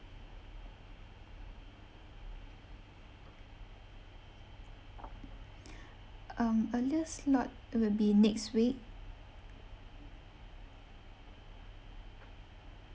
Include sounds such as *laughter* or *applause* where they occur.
*noise* um earliest slot will be next week